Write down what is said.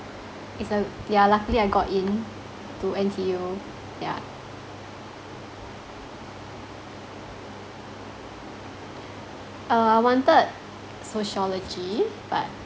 it's a yeah luckily I got in to N_T_U yeah uh I wanted sociology but